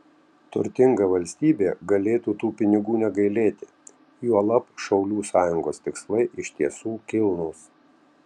turtinga valstybė galėtų tų pinigų negailėti juolab šaulių sąjungos tikslai iš tiesų kilnūs